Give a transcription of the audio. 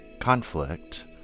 conflict